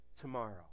tomorrow